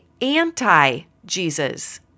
anti-Jesus